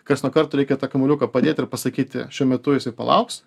karts nuo karto reikia tą kamuoliuką padėt ir pasakyti šiuo metu jisai palauks